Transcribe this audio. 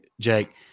Jake